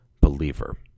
believer